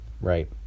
right